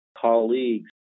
colleagues